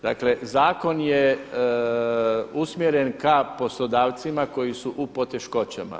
Dakle, zakon je usmjeren ka poslodavcima koji su u poteškoćama.